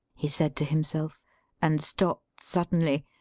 he said to himself and stopped suddenly,